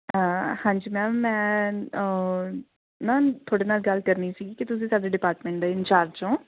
ਹਾਂਜੀ ਮੈਮ ਮੈਂ ਮੈਮ ਤੁਹਾਡੇ ਨਾਲ ਗੱਲ ਕਰਨੀ ਸੀਗੀ ਕਿ ਤੁਸੀਂ ਸਾਡੇ ਡਿਪਾਰਟਮੈਂਟ ਦੇ ਇੰਚਾਰਜ਼ ਹੋ